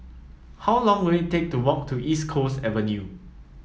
how long will it take to walk to East Coast Avenue